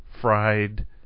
fried